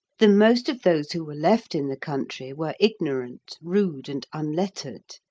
the most of those who were left in the country were ignorant, rude, and unlettered.